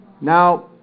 Now